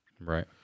right